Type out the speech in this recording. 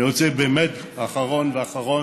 אני רוצה, באמת, אחרון אחרון